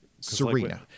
Serena